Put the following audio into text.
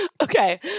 Okay